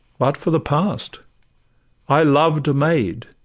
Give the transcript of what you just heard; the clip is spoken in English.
but for the past i loved a maid